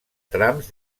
trams